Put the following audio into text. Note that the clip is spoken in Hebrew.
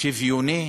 שוויוני,